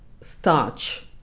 starch